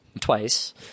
twice